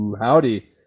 Howdy